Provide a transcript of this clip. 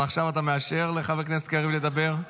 עכשיו אתה מאשר לחבר הכנסת קריב לדבר?